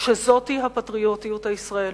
שזאת הפטריוטית הישראלית.